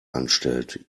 anstellt